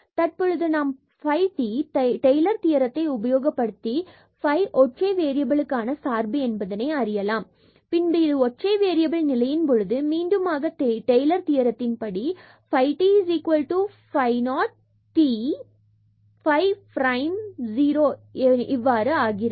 தற்பொழுது நாம் phi t Taylor தியரத்தை உபயோகப்படுத்தி phi ஒற்றை வேறியபிலுக்கான சார்பு என்பதை அறியலாம் பின்பு இது ஒற்றை வேறியபில் நிலையின் பொழுது மீண்டுமாக டெய்லர் தியரத்தின் படி phi t phi 0 t phi prime 0 இவ்வாறு ஆகும்